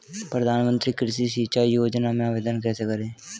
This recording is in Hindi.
प्रधानमंत्री कृषि सिंचाई योजना में आवेदन कैसे करें?